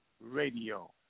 Radio